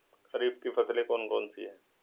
खरीफ की फसलें कौन कौन सी हैं?